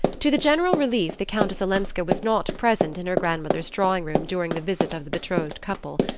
to the general relief the countess olenska was not present in her grandmother's drawing-room during the visit of the betrothed couple.